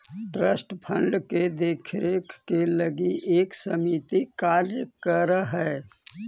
trust fund के देख रेख के लगी एक समिति कार्य कर हई